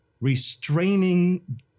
restraining